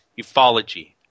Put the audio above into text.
Ufology